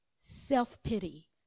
Self-pity